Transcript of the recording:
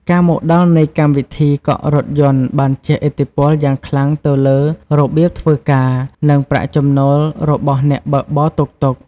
ការមកដល់នៃកម្មវិធីកក់រថយន្តបានជះឥទ្ធិពលយ៉ាងខ្លាំងទៅលើរបៀបធ្វើការ និងប្រាក់ចំណូលរបស់អ្នកបើកបរតុកតុក។